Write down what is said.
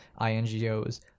ingos